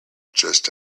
just